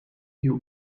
you